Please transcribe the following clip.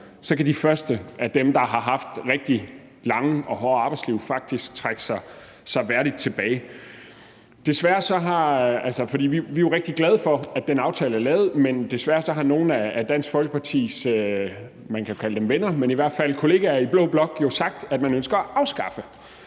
kan de første af dem, der har haft rigtig lange og hårde arbejdsliv, faktisk trække sig værdigt tilbage. Vi er jo rigtig glade for, at den aftale er lavet, men desværre har nogle af Dansk Folkepartis venner – eller i hvert fald kollegaer – i blå blok sagt, at man ønsker at afskaffe